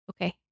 Okay